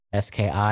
SKI